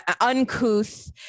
uncouth